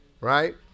right